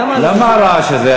למה הרעש הזה?